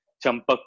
champak